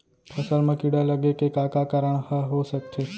फसल म कीड़ा लगे के का का कारण ह हो सकथे?